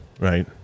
right